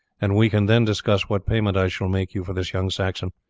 and we can then discuss what payment i shall make you for this young saxon.